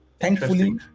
Thankfully